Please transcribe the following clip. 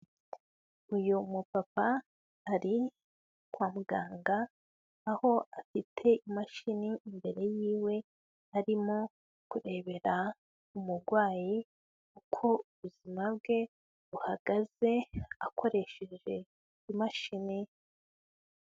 Uyu mupapa ari kwa muganga, aho afite imashini imbere y'iwe, arimo kurebera umurwayi uko ubuzima bwe buhagaze, akoresheje imashini.